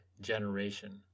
generation